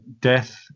death